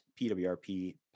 PWRP